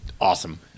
Awesome